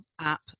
app